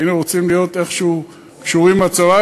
היינו רוצים להיות איכשהו קשורים עם הצבא.